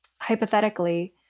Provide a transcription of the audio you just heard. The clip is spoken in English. hypothetically